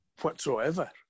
whatsoever